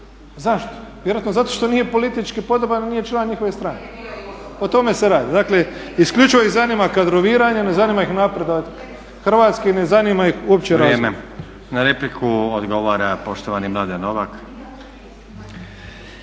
Zašto? Vjerojatno zato što nije politički podoban jer nije član njihove stranke. O tome se radi. Dakle, isključivo ih zanima kadroviranje, ne zanima ih napredak Hrvatske, ne zanima ih uopće razvoj. **Stazić, Nenad (SDP)** Vrijeme. Na repliku odgovara poštovani Mladen Novak.